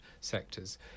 sectors